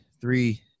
three